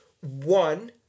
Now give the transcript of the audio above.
One